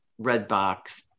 redbox